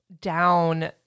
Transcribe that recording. down